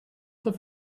have